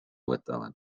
võtavad